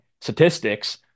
statistics